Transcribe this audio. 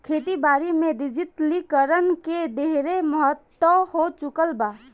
खेती बारी में डिजिटलीकरण के ढेरे महत्व हो चुकल बा